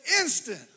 instant